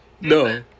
no